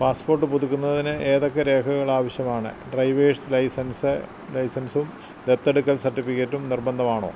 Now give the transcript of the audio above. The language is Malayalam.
പാസ്പോട്ട് പുതുക്കുന്നതിന് ഏതൊക്കെ രേഖകൾ ആവശ്യമാണ് ഡ്രൈവേഴ്സ് ലൈസൻസ് ലൈസെൻസും ദത്തെടുക്കൽ സർട്ടിഫിക്കറ്റും നിർബന്ധമാണോ